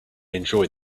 enjoyed